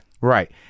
Right